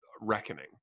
reckoning